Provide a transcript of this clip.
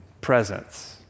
presence